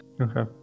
Okay